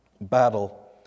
battle